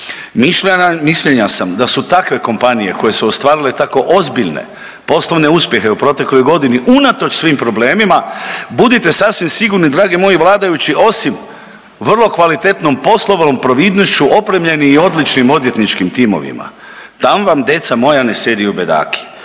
Mišljenja sam da su takve kompanije koje su ostvarile tako ozbiljne poslovne uspjehe u protekloj godini unatoč svim problemima budite sasvim sigurni dragi moji vladajući osim vrlo kvalitetnom poslovnom providnošću opremljeni i odličnim odvjetničkim timovima - tam vam deca moja ne sediju bedaki